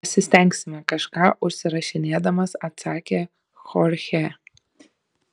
pasistengsime kažką užsirašinėdamas atsakė chorchė